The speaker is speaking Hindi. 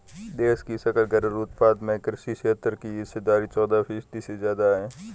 देश की सकल घरेलू उत्पाद में कृषि क्षेत्र की हिस्सेदारी चौदह फीसदी से ज्यादा है